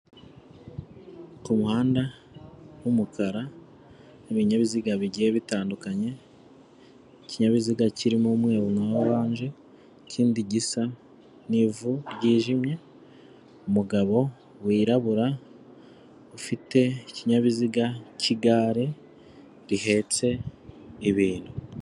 Ku muhanda w'umukara hari ibinyabiziga bigiye bitandukanye. Ikinyabiziga kirimo umweru na oranje, kindi gisa n'ivu ryijimye, umugabo wirabura ufite ikinyabiziga cy'igare rihetse ibintu.